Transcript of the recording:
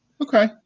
Okay